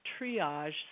triage